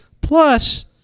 plus